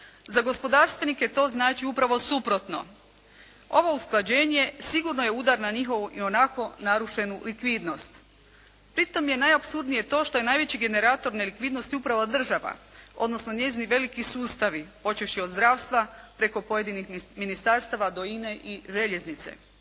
za gospodarstvenike to znači upravo suprotno. Ovo usklađenje sigurno je udar na njihovu ionako narušenu likvidnost. Pri tome je najapsurdnije to što je najveći generator nelikvidnosti upravo država, odnosno njezini veliki sustavi počevši od zdravstva preko pojedinih ministarstava do Ine i željeznice.